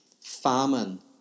famine